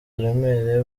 uburemere